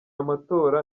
amatora